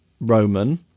Roman